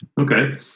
Okay